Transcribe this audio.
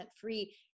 free